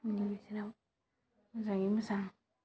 बिनि गेजेराव मोजाङै मोजां